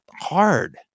hard